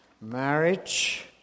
marriage